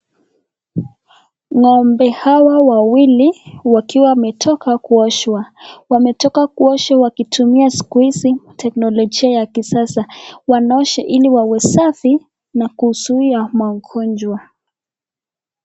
Ng'ombe hawa wawili wakiwa wametoka kuoshwa. Wametoka kuoshwa wakitumia siku hizi teknolojia ya kisasa. Wanaosha ili wawe safi na kuzuia magonjwa.